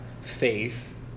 faith